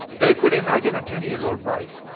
they could imagine at ten years old bride.